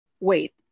Wait